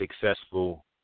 successful